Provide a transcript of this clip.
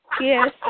Yes